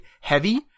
heavy